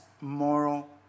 moral